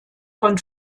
von